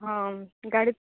ହଁ ଗାଡ଼ି